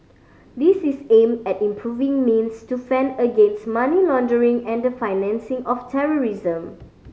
this is aimed at improving means to fend against money laundering and the financing of terrorism